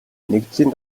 нэгдлийн